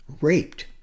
raped